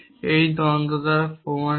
এটি দ্বন্দ্ব দ্বারা প্রমাণিত